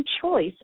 choice